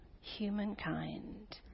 humankind